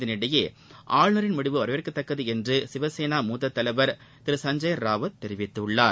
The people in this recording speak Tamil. இதற்கிடையே ஆளுநரின் முடிவு வரவேற்கத்தக்கது என்று சிவசேனா முத்தத் தலைவர் திரு சஞ்சய் ராவுத் கூறியுள்ளார்